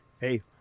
Hey